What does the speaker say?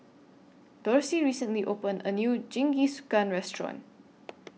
Dorsey recently opened A New Jingisukan Restaurant